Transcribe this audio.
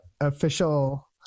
official